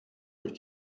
durch